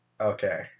Okay